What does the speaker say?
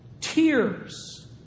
tears